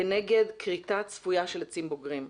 כנגד כריתה צפויה של עצים בוגרים.